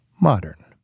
modern